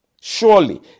Surely